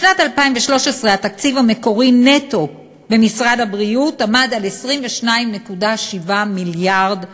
בשנת 2013 התקציב המקורי נטו במשרד הבריאות עמד על 22.7 מיליארד שקלים.